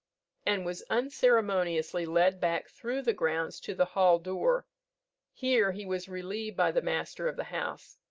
and was unceremoniously led back through the grounds to the hall-door here he was relieved by the master of the house.